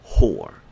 whore